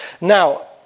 Now